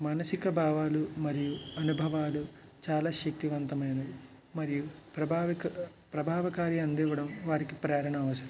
మానసిక భావాలు మరియు అనుభవాలు చాలా శక్తివంతమైనవి మరియు ప్రభావిక ప్రభావకార్య అందివ్వడం వారికి ప్రేరణ అవసరం